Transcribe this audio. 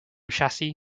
chassis